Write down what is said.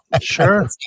Sure